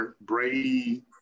Brady